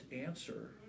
answer